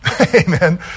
Amen